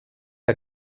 que